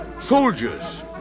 soldiers